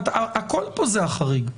הכול פה זה החריג.